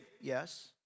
Yes